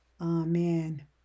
Amen